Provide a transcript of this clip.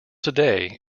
today